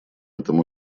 этом